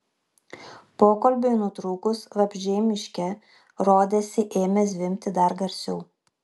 pokalbiui nutrūkus vabzdžiai miške rodėsi ėmė zvimbti dar garsiau